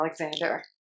Alexander